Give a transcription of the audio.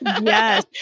Yes